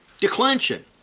declension